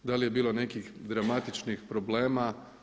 Da li je bilo nekih dramatičnih problema?